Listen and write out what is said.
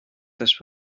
this